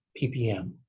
PPM